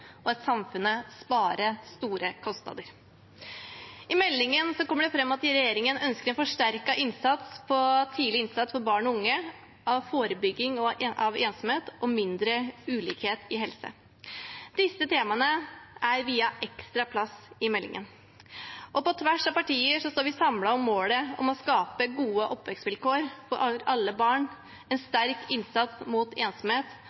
livskvalitet og samfunnet spare store kostnader. I meldingen kommer det fram at regjeringen ønsker en forsterket tidlig innsats for barn og unge, forebygging av ensomhet og mindre ulikhet i helse. Disse temaene er viet ekstra plass i meldingen. På tvers av partier står vi samlet om målet om å skape gode oppvekstvilkår for alle barn, en sterk innsats mot ensomhet